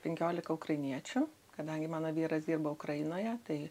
penkiolika ukrainiečių kadangi mano vyras dirbo ukrainoje tai